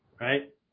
right